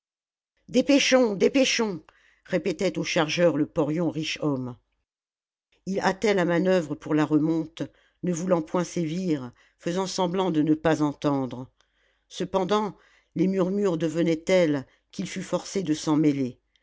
dépêchons répétait aux chargeurs le porion richomme il hâtait la manoeuvre pour la remonte ne voulant point sévir faisant semblant de ne pas entendre cependant les murmures devenaient tels qu'il fut forcé de s'en mêler